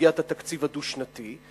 בסוגיית התקציב הדו-שנתי,